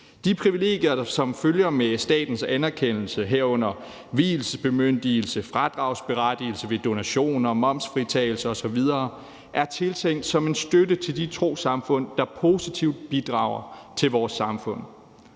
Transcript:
De privilegier, som følger med statens anerkendelse, herunder vielsesbemyndigelse, fradragsberettigelse ved donationer og momsfritagelser osv., er tiltænkt som en støtte til de trossamfund, der positivt bidrager til vores samfund,